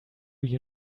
you